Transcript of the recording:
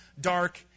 dark